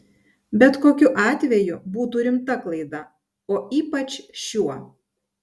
bet kokiu atveju būtų rimta klaida o ypač šiuo